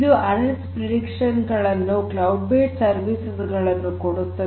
ಇದು analytics prediction ಗಳನ್ನು cloud based services ಗಳನ್ನು ಕೊಡುತ್ತದೆ